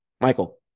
Michael